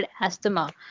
asthma